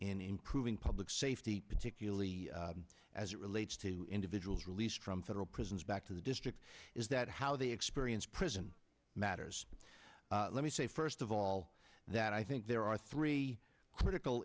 in improving public safety particularly as it relates to individuals released from federal prisons back to the district is that how the experience prison matters let me say first of all that i think there are three critical